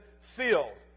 seals